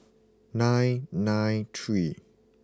nine nine three